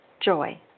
joy